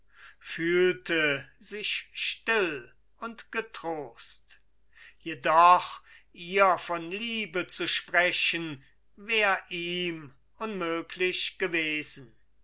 fühlte sich still und getrost jedoch ihr von liebe zu sprechen wär ihm unmöglich gewesen